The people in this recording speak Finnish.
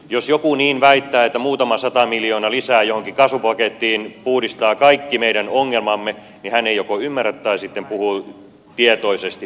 jos joku niin väittää että muutama sata miljoonaa lisää johonkin kasvupakettiin puhdistaa kaikki meidän ongelmamme hän ei joko ymmärrä tai sitten puhuu tietoisesti väärin